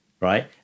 Right